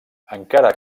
encara